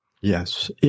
Yes